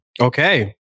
Okay